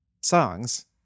songs